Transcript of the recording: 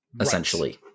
essentially